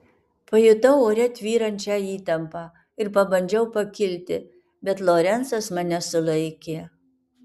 pajutau ore tvyrančią įtampą ir pabandžiau pakilti bet lorencas mane sulaikė